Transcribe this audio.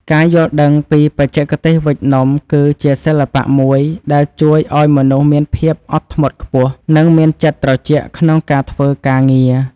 ការយល់ដឹងពីបច្ចេកទេសវេចនំគឺជាសិល្បៈមួយដែលជួយឱ្យមនុស្សមានភាពអត់ធ្មត់ខ្ពស់ និង មានចិត្តត្រជាក់ក្នុងការធ្វើការងារ។